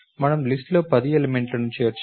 మనము లిస్ట్ లో 10 ఎలిమెంట్లను చేర్చాము